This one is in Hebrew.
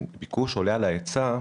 הביקוש עולה על ההיצע,